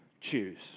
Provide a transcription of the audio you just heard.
choose